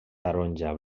taronja